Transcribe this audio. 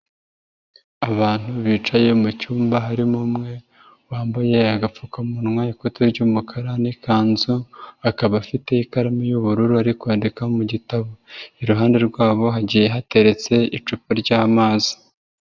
Abantu bicaye mu cyumba harimo umwe wambaye agapfukamunwa, ikoti ry'umukara n'ikanzu, akaba afite ikaramu y'ubururu ari kwandika mu gitabo. Iruhande rwabo hagiye hateretse icupa ry'amazi.